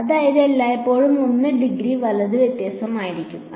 അതിനാൽ എല്ലായ്പ്പോഴും നിങ്ങൾ 1 ഡിഗ്രി വലത് വ്യത്യാസത്തിലാണ്